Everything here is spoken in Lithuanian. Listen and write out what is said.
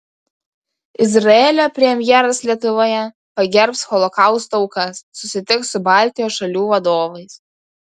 izraelio premjeras lietuvoje pagerbs holokausto aukas susitiks su baltijos šalių vadovais